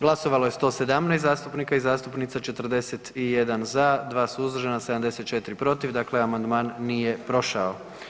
Glasovalo je 117 zastupnika i zastupnica, 41 za, 2 suzdržana, 74 protiv, dakle amandman nije prošao.